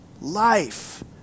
Life